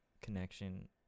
connection